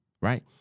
right